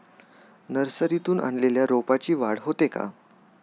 नर्सरीतून आणलेल्या रोपाची वाढ होते का?